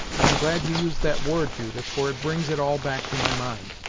i am glad you used that word, judith, for it brings it all back to my mind.